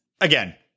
Again